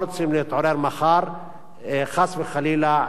חס וחלילה, עם קורבנות של מעשים כאלה.